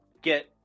get